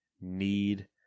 need